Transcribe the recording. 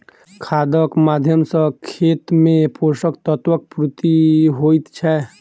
खादक माध्यम सॅ खेत मे पोषक तत्वक पूर्ति होइत छै